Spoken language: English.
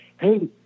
hey